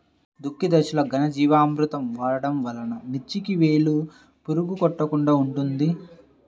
దుక్కి దశలో ఘనజీవామృతం వాడటం వలన మిర్చికి వేలు పురుగు కొట్టకుండా ఉంటుంది?